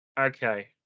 Okay